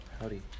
Howdy